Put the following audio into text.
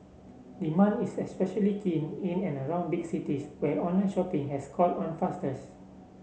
demand is especially keen in and around big cities where online shopping has caught on fastest